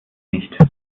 nicht